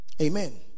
Amen